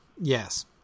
Yes